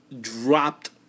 dropped